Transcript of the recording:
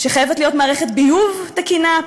שחייבת להיות מערכת ביוב תקינה,